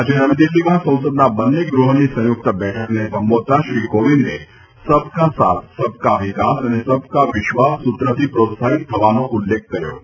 આજે નવી દિલ્હીમાં સંસદના બંને ગૃહોની સંયુક્ત બેઠકને સંબોધતાં શ્રી કોવિન્દે સબ કા સાથ સબકા વિકાસ અને સબકા વિશ્વાસ સૂત્રથી પ્રોત્સાહિત થવાનો ઉલ્લેખ કર્યો હતો